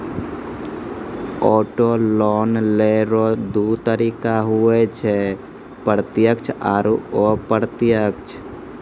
auto loan लेय रो दू तरीका हुवै छै प्रत्यक्ष आरू अप्रत्यक्ष